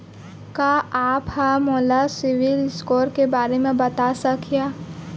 का आप हा मोला सिविल स्कोर के बारे मा बता सकिहा?